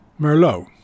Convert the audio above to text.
Merlot